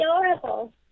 adorable